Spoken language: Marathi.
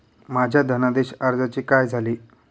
माझ्या धनादेश अर्जाचे काय झाले?